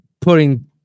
putting